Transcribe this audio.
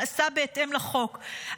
נעשה בהתאם לחוק,